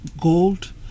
gold